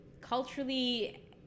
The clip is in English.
culturally